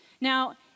Now